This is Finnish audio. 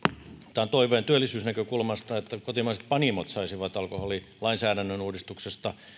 tämän toiveen työllisyysnäkökulmasta että kotimaiset panimot saisivat alkoholilainsäädännön uudistuksesta